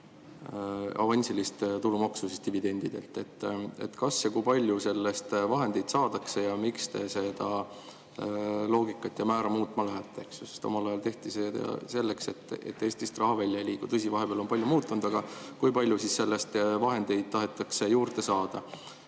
avansilist tulumaksu dividendidelt. Kas ja kui palju sellest vahendeid saadakse ja miks te seda loogikat ja määra muutma lähete? Omal ajal tehti see selleks, et Eestist raha välja ei liiguks. Tõsi, vahepeal on palju muutunud, aga kui palju sellest vahendeid tahetakse juurde saada? Teine